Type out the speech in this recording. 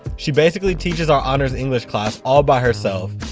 she basically teaches our honors english class all by herself.